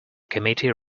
committee